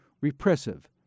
repressive